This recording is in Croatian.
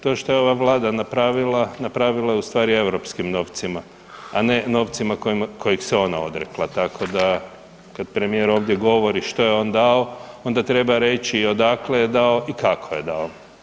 To što je ova Vlada napravila, napravila je ustvari europskim novcima, a ne novcima kojih se ona odrekla, tako da kad premijer ovdje govori što je on dao onda treba reći odakle je dao i kako je dao.